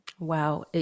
Wow